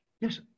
Yes